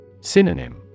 Synonym